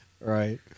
Right